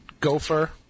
gopher